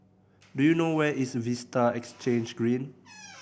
do you know where is Vista Exhange Green